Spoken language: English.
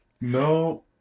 No